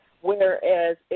Whereas